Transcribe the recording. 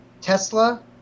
Tesla